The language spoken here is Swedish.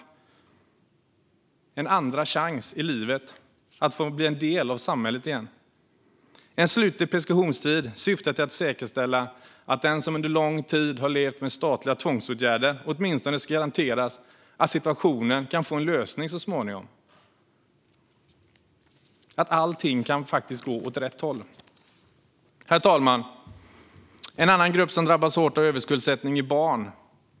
Det handlar om att få en andra chans i livet och få bli en del av samhället igen. En slutlig preskriptionstid syftar till att säkerställa att den som under lång tid har levt med statliga tvångsåtgärder åtminstone ska garanteras att situationen kan få en lösning så småningom och att allting faktiskt kan gå åt rätt håll. Herr talman! En grupp som drabbas hårt av överskuldsättning är barn.